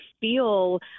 feel